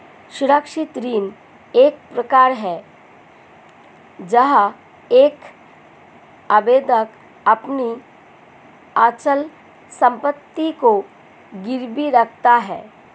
सुरक्षित ऋण एक प्रकार है जहां एक आवेदक अपनी अचल संपत्ति को गिरवी रखता है